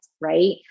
right